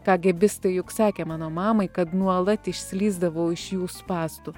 kagėbistai juk sakė mano mamai kad nuolat išslysdavau iš jų spąstų